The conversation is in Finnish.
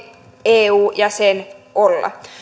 eu jäsen olla